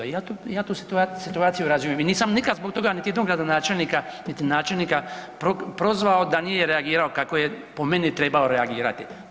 Ja tu situaciju razumijem i nisam nikad zbog toga nikad ni jednog gradonačelnika niti načelnika prozvao da nije reagirao kako je po meni trebao reagirati.